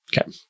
Okay